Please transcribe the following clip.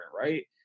right